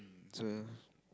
so